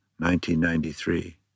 1993